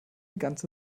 ganze